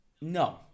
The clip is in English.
No